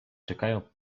czekają